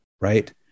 right